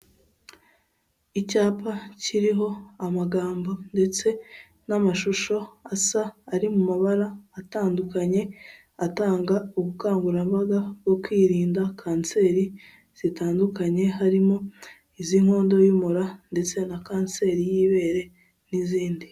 Icyapa kiriho amagambo ndetse n'amashusho asa ari mu mabara atandukanye, atanga ubukangurambaga bwo kwirinda kanseri zitandukanye, harimo iz'inkondo y'umura ndetse na kanseri y'ibere n'izindi.